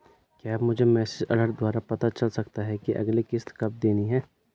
क्या मुझे message alert द्वारा पता चल सकता कि अगली किश्त कब देनी है?